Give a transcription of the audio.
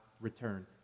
return